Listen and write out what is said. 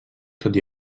tot